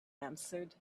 answered